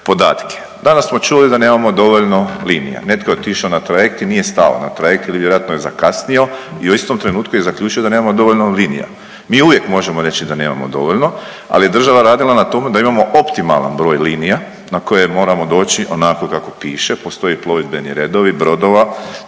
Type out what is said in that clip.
podatke. Danas smo čuli da nemamo dovoljno linija. Netko je otišao na trajekt i nije stao na trajekt ili vjerojatno je zakasnio i u istom trenutku je zaključio da nemamo dovoljno linija. Mi uvijek možemo reći da nemamo dovoljno, ali je država radila na tome da imamo optimalan broj linija na koje moramo doći onako kako piše, postoje plovidbeni redovi brodova,